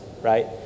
right